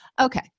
Okay